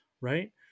Right